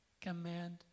command